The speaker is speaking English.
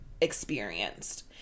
experienced